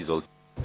Izvolite.